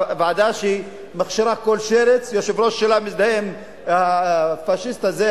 ועדה שמכשירה כל שרץ והיושב-ראש שלה מזדהה עם הפאשיסט הזה,